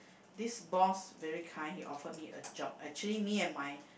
this boss very kind he offered me a job actually me and my